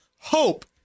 hope